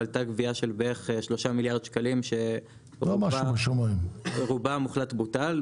אבל הייתה גביה בערך של 3 מיליארד שקלים שרובה המוחלט בוטל.